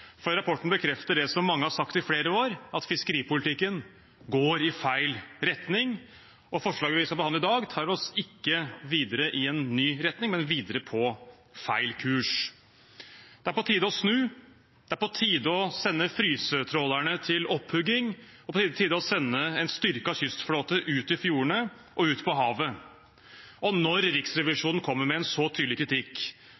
for rapporten bekrefter det som mange har sagt i flere år, at fiskeripolitikken går i feil retning. Forslaget vi skal behandle i dag, tar oss ikke videre i en ny retning, men videre på feil kurs. Det er på tide å snu. Det er på tide å sende frysetrålerne til opphugging, og det er på tide å sende en styrket kystflåte ut i fjordene og ut på havet. Når